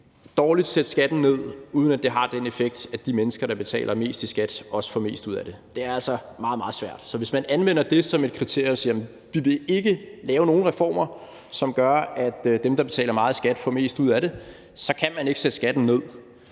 dårligt sætte skatten ned, uden at det har den effekt, at de mennesker, der betaler mest i skat, også får mest ud af det. Det er altså meget, meget svært. Så hvis man anvender det som et kriterie og siger, at vi ikke vil lave nogen reformer, som gør, at dem, der betaler meget i skat, får mest ud af det, kan man ikke sætte skatten ned.